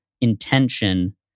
intention